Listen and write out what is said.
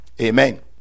Amen